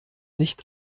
nicht